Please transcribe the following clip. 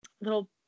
little